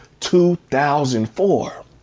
2004